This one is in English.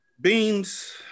Beans